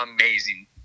amazing